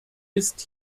ist